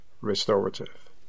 restorative